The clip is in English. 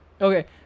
Okay